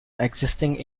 existing